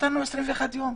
נתנו 21 יום.